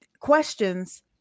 questions